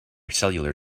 cellular